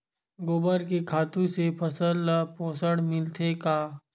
गोबर के खातु से फसल ल पोषण मिलथे का?